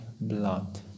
blood